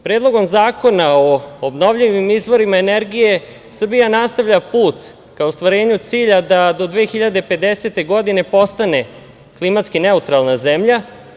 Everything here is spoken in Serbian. Predlogom zakona o obnovljivim izvorima energije Srbija nastavlja put ka ostvarenju cilja da do 2050. godine, postane klimatski neutralna zemlja.